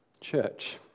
church